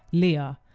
leah,